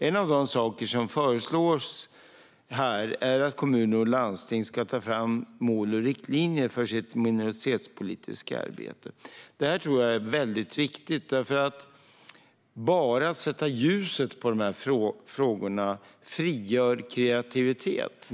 En av de saker som föreslås är att kommuner och landsting ska ta fram mål och riktlinjer för sitt minoritetspolitiska arbete. Detta tror jag är väldigt viktigt. Bara att sätta ljuset på dessa frågor frigör nämligen kreativitet.